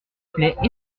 plait